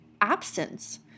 absence